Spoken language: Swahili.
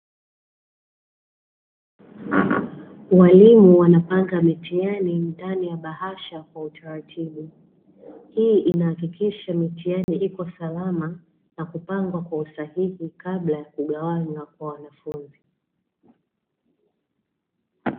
Walimu wanapanga mitihani ndani ya bahasha kwa utaratibu, hii inahakikisha mitihani iko salama na kupangwa kwa usahihi kabla ya kugawanywa kwa wanafunzi